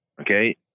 Okay